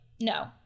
no